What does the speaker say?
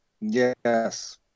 Yes